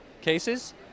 cases